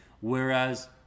whereas